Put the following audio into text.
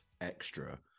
Extra